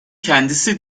kendisi